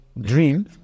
dream